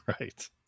Right